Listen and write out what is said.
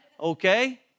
Okay